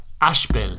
Ashbel